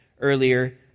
earlier